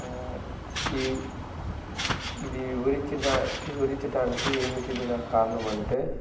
ఈ ఇది ఊరిన్చినా ఊరించడానికి ఏమిటిది నాకు కారణం అంటే